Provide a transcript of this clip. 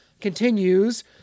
continues